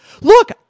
Look